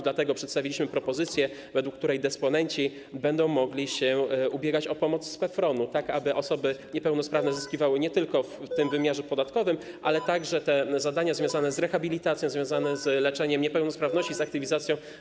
Dlatego przedstawiliśmy propozycję, według której dysponenci będą mogli się ubiegać o pomoc z PFRON-u, tak aby osoby niepełnosprawne zyskiwały nie tylko w wymiarze podatkowym, ale także, by były zachowane zadania związane z rehabilitacją, z leczeniem niepełnosprawności, z aktywizacją.